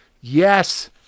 Yes